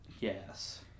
Yes